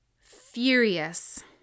furious